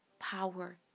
power